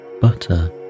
butter